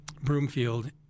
Broomfield